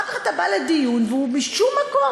אחר כך אתה בא לדיון והוא משום מקום,